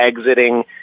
exiting